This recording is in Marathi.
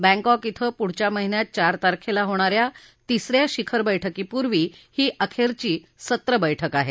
बँकॉक इथं पुढच्या महिन्यात चार तारखेला होणाऱ्या तिसऱ्या शिखर बैठकीपूर्वी ही अखेरची सत्र बैठक आहे